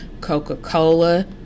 coca-cola